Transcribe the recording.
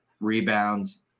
rebounds